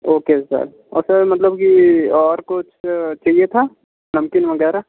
okay sir और sir मतलब की और कुछ चाहिए था नमकीन वगैरह